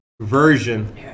version